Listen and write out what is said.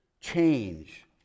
Change